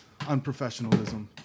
Unprofessionalism